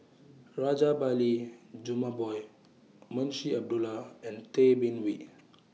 Rajabali Jumabhoy Munshi Abdullah and Tay Bin Wee